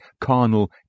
carnal